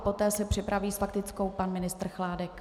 Poté se připraví s faktickou pan ministr Chládek.